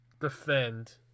defend